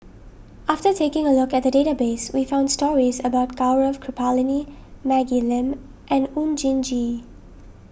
after taking a look at the database we found stories about Gaurav Kripalani Maggie Lim and Oon Jin Gee